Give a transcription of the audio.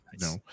no